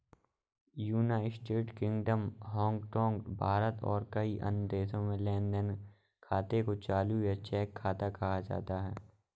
United Kingdom, Hong Kong, Bharat और कई अन्य देशों में लेन देन खाते को चालू या चेक खाता कहा जाता है